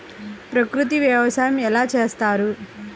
ప్రకృతి వ్యవసాయం ఎలా చేస్తారు?